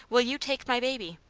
will you take my baby?